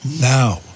now